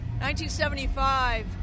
1975